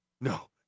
No